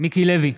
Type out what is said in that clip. מיקי לוי,